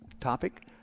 topic